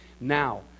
now